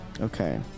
Okay